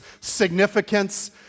significance